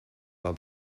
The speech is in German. war